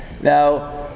Now